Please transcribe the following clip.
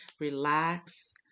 relax